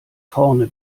vorne